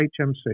HMC